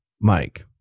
Mike